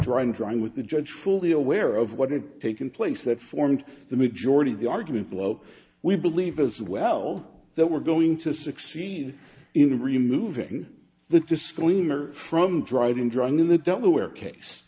trying trying with the judge fully aware of what it taking place that formed the majority of the argument well we believe as well that we're going to succeed in removing the disclaimer from driving drunk in the delaware case